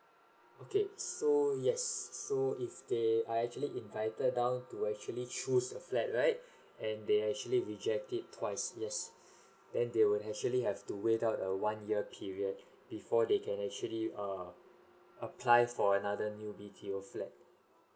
okay so yes so if they are actually invited down to actually choose the flat right and they actually reject it twice yes then they will actually have to wait out a one year period before they can actually err apply for another new B_T_O flat